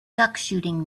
duckshooting